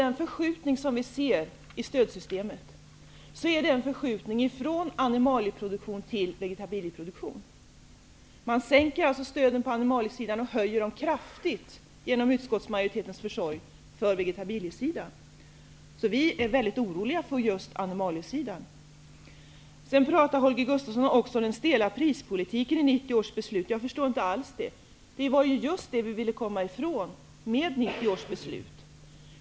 Men förskjutningen i stödsystemet går från animalieproduktion till vegetabilieproduktion. Stöden på animaliesidan sänks och i stället höjs de kraftigt, genom utskottsmajoritetens försorg, för vegatabiliesidan. Vi socialdemokrater är därför oroliga för animaliesidan. Vidare pratar Holger Gustafsson om den stela prispolitiken i 1990 års beslut. Jag förstår inte alls det. Det var just det vi ville komma ifrån med hjälp av 1990 års belsut.